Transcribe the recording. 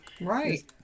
Right